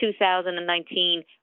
2019